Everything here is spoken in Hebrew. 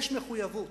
מחויבות.